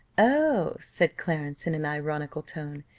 oh, said clarence, in an ironical tone,